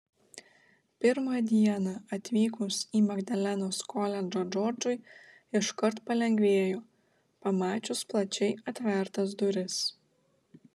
pirmą dieną atvykus į magdalenos koledžą džordžui iškart palengvėjo pamačius plačiai atvertas duris